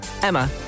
Emma